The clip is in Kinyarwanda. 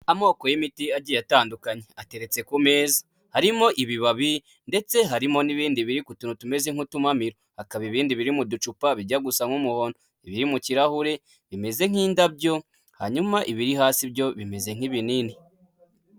Amoko y'imiti agiye atandukanye ateretse ku meza, harimo ibibabi ndetse harimo n'ibindi biri ku tuntu tumeze nk'utumamiro. Hakaba ibindi biri mu ducupa bijya gusa nk'umuhodo. Ibiri mu kirahure bimeze nk'indabyo hanyuma ibiri hasi byo bimeze nk'ibinini.